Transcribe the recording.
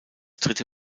dritte